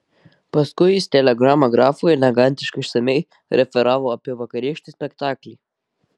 paskui jis telegrama grafui elegantiškai išsamiai referavo apie vakarykštį spektaklį